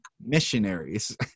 missionaries